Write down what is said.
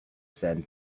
sand